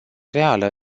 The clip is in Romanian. reală